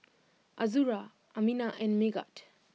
Azura Aminah and Megat